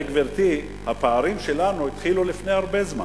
גברתי, הרי הפערים שלנו התחילו לפני הרבה זמן.